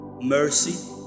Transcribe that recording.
mercy